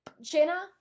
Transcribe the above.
Jenna